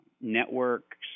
networks